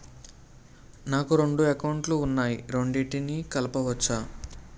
నాకు రెండు అకౌంట్ లు ఉన్నాయి రెండిటినీ కలుపుకోవచ్చా?